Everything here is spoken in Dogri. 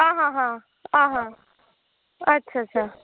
आं हां हां आं हां अच्छा अच्छा